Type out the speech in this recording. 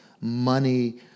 money